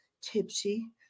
tipsy